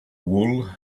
wool